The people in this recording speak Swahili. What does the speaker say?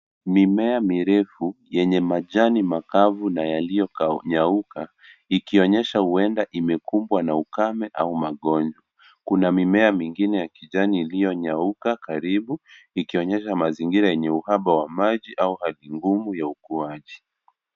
Mimea mirefu yenye majani makavu na yaliyonyauka ikionyesha huenda imekumbwa na ukame au magonjwa. Kuna mimea mingine ya kijani iliyonyauka karibu ikionyesha mazingira yenye uhaba wa maji au hali ngumu ya ukuaji.